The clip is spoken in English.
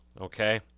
Okay